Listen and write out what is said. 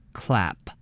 clap